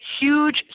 huge